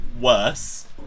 worse